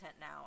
now